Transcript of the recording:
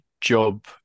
job